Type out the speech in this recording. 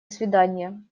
свиданья